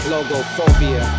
Logophobia